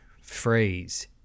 phrase